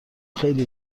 خیلی